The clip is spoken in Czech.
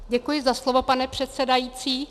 Děkuji za slovo, pane předsedající.